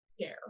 care